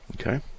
Okay